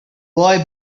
boy